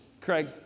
Craig